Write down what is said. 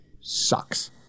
sucks